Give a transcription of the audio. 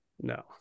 no